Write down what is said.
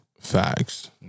Facts